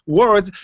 words,